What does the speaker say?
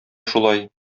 шулай